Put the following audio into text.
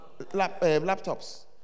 laptops